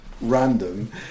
random